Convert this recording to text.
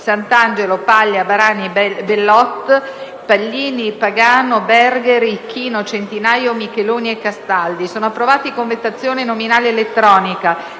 Grazie.